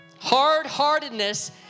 Hard-heartedness